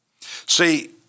See